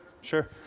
sure